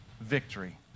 victory